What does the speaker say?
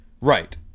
Right